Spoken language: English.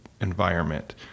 environment